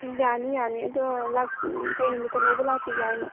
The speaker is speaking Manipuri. ꯌꯥꯅꯤ ꯌꯥꯅꯤ ꯑꯗꯣ ꯂꯥꯛ ꯀꯩ ꯅꯨꯃꯤꯠꯇ ꯂꯧꯕ ꯂꯥꯛꯄꯤꯒꯦ ꯍꯥꯏꯅꯣ